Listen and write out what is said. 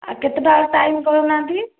ଆଉ କେତେଟା ଟାଇମ୍ କହୁନାହାନ୍ତି